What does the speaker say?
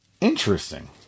Interesting